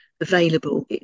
available